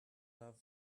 love